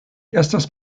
estas